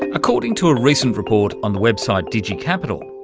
according to a recent report on the website digi-capital,